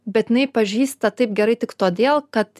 bet jinai pažįsta taip gerai tik todėl kad